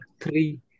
three